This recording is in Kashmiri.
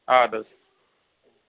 اَدٕ حظ